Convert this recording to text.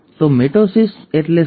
તો મિટોસિસ એટલે શું